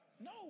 No